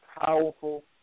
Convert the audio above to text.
powerful